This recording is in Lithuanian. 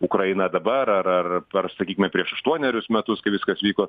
ukraina dabar ar ar ar sakykime prieš aštuonerius metus kai viskas vyko